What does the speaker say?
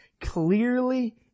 clearly